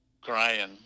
crying